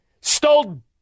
Stole